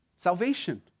Salvation